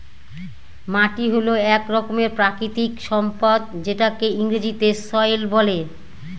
মাটি হল এক রকমের প্রাকৃতিক সম্পদ যেটাকে ইংরেজিতে সয়েল বলে